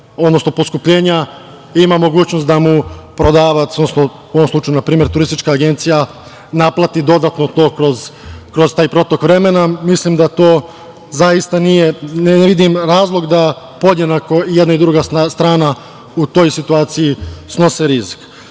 odnosno poskupljenja ima mogućnost da mu prodavac, odnosno u ovom slučaju, na primer, turistička agencija, naplati dodatno to kroz taj protok vremena. Mislim da ne vidim razlog da podjednako i jedna i druga strana u toj situaciji snose rizik.U